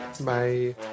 Bye